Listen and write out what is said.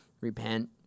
repent